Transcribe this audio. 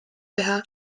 teha